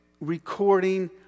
recording